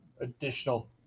additional